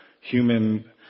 human